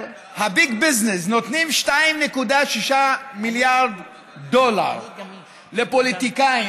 ה-Big Business נותנים 2.6 מיליארד דולר לפוליטיקאים,